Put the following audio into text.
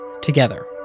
together